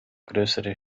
grössere